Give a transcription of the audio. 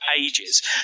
ages